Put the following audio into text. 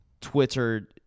Twitter